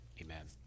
Amen